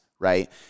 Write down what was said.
right